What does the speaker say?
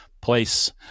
place